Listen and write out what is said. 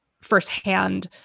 firsthand